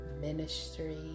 ministry